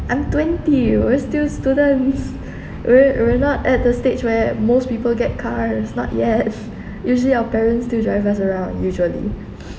I'm twenty year old I'm still students we're we're not at the stage where most people get cars not yet usually our parents still drive us around usually